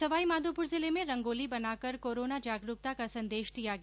सवाई माधोपूर जिले में रंगोली बनाकर कोरोना जागरूकता का संदेश दिया गया